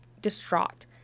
distraught